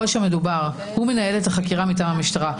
הוא מנהל את החקירה מטעם המשטרה.